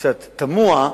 קצת תמוה,